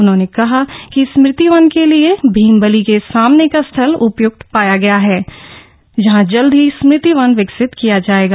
उन्होंने कहा कि स्मृति वन के लिए भीमबली के सामने का स्थल उपयुक्त पाया गया है जहां जल्द ही स्मृति वन विकसित किया जाएगा